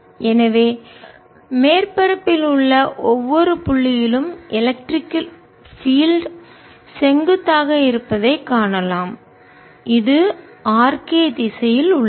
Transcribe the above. எனவே மேற்பரப்பில் உள்ள ஒவ்வொரு புள்ளியிலும் எலக்ட்ரிக் பீல்டு மின்சார புலம் செங்குத்தாக இருப்பதைக் காணலாம் இது r k திசையில் உள்ளது